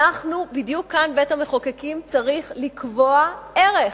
ובדיוק כאן אנחנו, בית-המחוקקים, צריך לקבוע ערך,